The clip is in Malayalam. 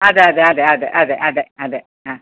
അതെ അതെ അതെ അതെ അതെ അതെ ആ